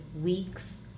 weeks